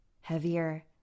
heavier